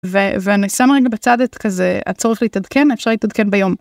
ואני שם רגע בצד את כזה את צריך להתעדכן אפשר להתעדכן ביום.